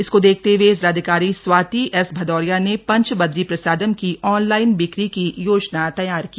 इसको देखते ह्ए जिलाधिकारी स्वाति एस भदौरिया ने पंच बदरी प्रसादम की ऑनलाइन बिक्री की योजना तैयार की